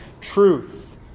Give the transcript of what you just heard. truth